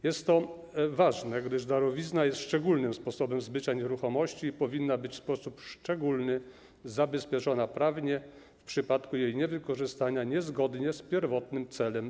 Jest to ważne, gdyż darowizna jest szczególnym sposobem zbycia nieruchomości i powinna być w sposób szczególny zabezpieczona prawnie w przypadku jej wykorzystywania niezgodnie z pierwotnym celem.